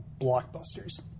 blockbusters